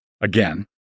again